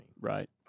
Right